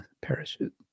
parachute